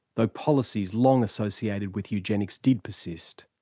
though policies long associated with eugenics did persist.